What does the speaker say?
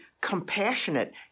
compassionate